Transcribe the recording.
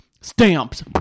Stamps